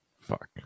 Fuck